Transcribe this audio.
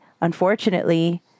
unfortunately